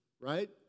right